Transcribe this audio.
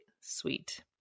sweet